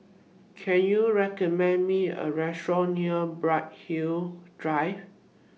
Can YOU recommend Me A Restaurant near Bright Hill Drive